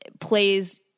plays